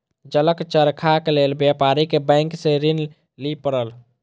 जलक चरखाक लेल व्यापारी के बैंक सॅ ऋण लिअ पड़ल